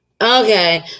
Okay